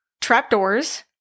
Trapdoors